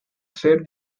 ser